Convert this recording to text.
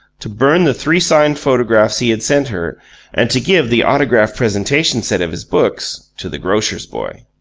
to burn the three signed photographs he had sent her and to give the autographed presentation set of his books to the grocer's boy.